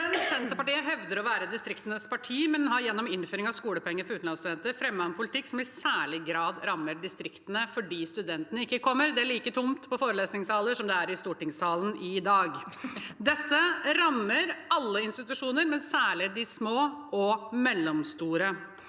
Senterpartiet hev- der å være distriktenes parti, men har gjennom innføring av skolepenger for utenlandsstudenter fremmet en politikk som i særlig grad rammer distriktene – fordi studentene ikke kommer. Det er like tomt på forelesningssaler som det er i stortingssalen i dag. Dette rammer alle institusjoner, men særlig de små og mellomstore,